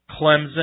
Clemson